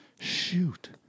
shoot